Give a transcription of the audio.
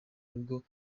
rugo